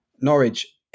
Norwich